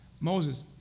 Moses